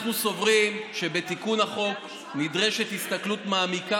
אנחנו סוברים שבתיקון החוק נדרשת הסתכלות מעמיקה